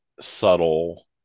subtle